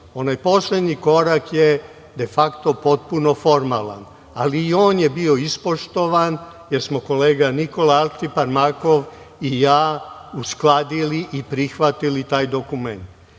Onaj poslednji korak je defakto potpuno formalan, ali i on je bio ispoštovan jer smo kolega Nikola Altiparmakov i ja uskladili i prihvatili taj dokument.